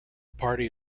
party